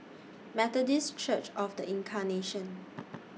Methodist Church of The Incarnation